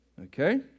Okay